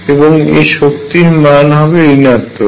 এবং এই শক্তির মান হবে ঋণাত্মক